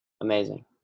Amazing